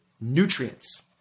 nutrients